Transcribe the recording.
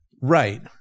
Right